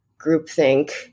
groupthink